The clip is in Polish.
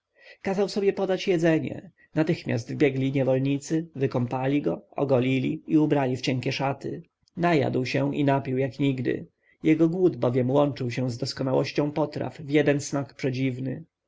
kazał sobie podać jedzenie natychmiast wbiegli niewolnicy wykąpali go ogolili i ubrali w cienkie szaty najadł się i napił jak nigdy jego głód bowiem łączył się z doskonałością potraw w jeden smak przedziwny